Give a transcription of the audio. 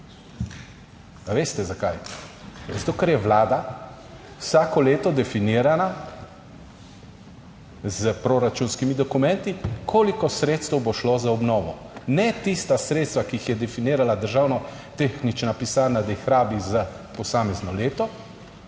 ker je vlada vsako leto definirana s proračunskimi dokumenti, koliko sredstev bo šlo za obnovo? Ne tista sredstva, ki jih je definirala državna tehnična pisarna, da jih rabi za posamezno leto,